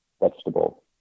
vegetable